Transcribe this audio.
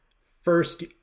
first